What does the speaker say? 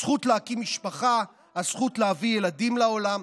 הזכות להקים משפחה, הזכות להביא ילדים לעולם,